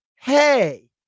hey